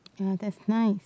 ya that's nice